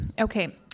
Okay